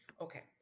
okay